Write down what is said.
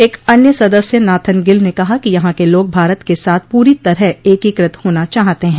एक अन्य सदस्य नाथन गिल ने कहा कि यहां के लोग भारत के साथ पूरी तरह एकीकृत होना चाहते हैं